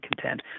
content